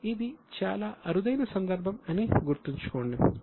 ఇది చాలా అరుదైన సందర్భం అని గుర్తుంచుకోండి